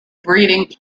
breeding